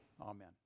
Amen